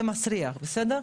זה מסריח, בסדר?